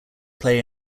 play